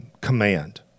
command